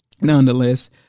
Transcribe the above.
nonetheless